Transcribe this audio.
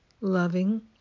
loving